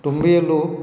कुटुंबीय लोक